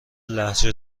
لهجه